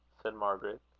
said margaret,